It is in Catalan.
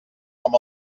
com